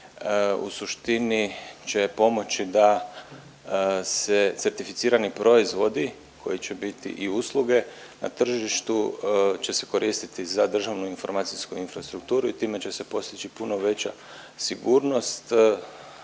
u suštini će pomoći da se certificirani proizvodi koji će biti i usluge na tržištu će se koristiti za državnu informacijsku infrastrukturu i time će se postići puno veća sigurnost